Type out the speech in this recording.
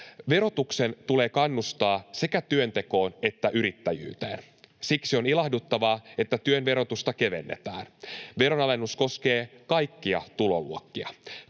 Verotuksen tulee kannustaa sekä työntekoon että yrittäjyyteen. Siksi on ilahduttavaa, että työn verotusta kevennetään. Veronalennus koskee kaikkia tuloluokkia.